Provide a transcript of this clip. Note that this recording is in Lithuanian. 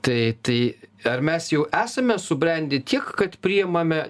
tai tai ar mes jau esame subrendę tiek kad priimame